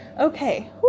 Okay